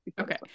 okay